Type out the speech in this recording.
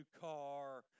car